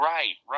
Right